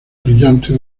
brillante